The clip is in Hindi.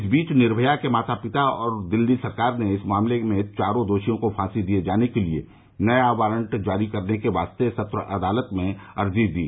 इस बीच निर्मया के माता पिता और दिल्ली सरकार ने इस मामले में चारों दोषियों को फांसी दिए जाने के लिए नया वारंट जारी करने के वास्ते सत्र अदालत में अर्जी दी